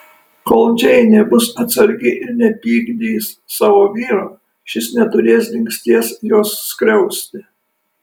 kol džeinė bus atsargi ir nepykdys savo vyro šis neturės dingsties jos skriausti